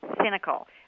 cynical